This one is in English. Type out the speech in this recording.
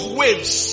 waves